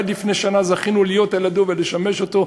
עד לפני שנה זכינו להיות על-ידו ולשמש אותו,